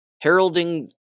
heralding